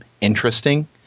interesting